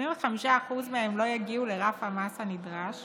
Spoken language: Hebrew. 75% מהן לא יגיעו לרף המס הנדרש